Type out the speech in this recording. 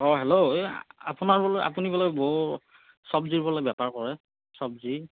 অ hello এই আপোনাৰ বোলে আপুনি বোলে বৰ চবজি বোলে বেপাৰ কৰে চবজি